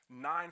nine